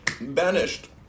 banished